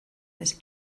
this